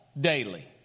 daily